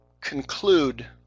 conclude